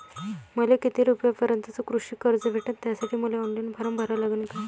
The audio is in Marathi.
मले किती रूपयापर्यंतचं कृषी कर्ज भेटन, त्यासाठी मले ऑनलाईन फारम भरा लागन का?